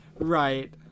right